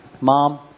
Mom